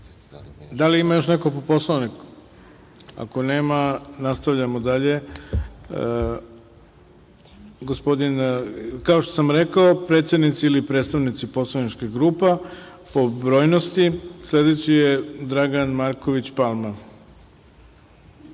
li ima još neko po Poslovniku? Ako nema, nastavljamo dalje. Kao što sam rekao, predsednici ili predstavnici poslaničkih grupa po brojnosti. Sledeći je Dragan Markovć Palma.